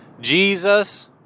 Jesus